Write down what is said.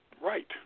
right